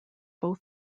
both